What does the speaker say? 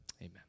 amen